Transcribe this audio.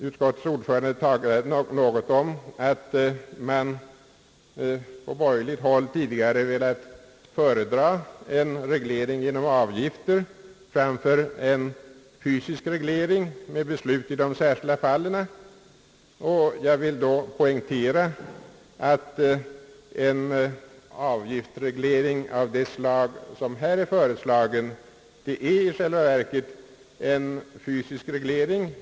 Utskottets ordförande sade något om att man på borgerligt håll tidigare velat föredra en reglering genom avgifter framför en fysisk reglering med beslut i de särskilda fallen. Jag vill då poängtera att en avgiftsreglering av det slag som här är föreslagen i själva verket är en fysisk reglering.